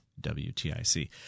WTIC